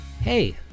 Hey